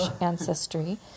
ancestry